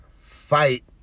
fight